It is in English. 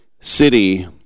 city